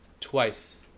twice